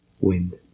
wind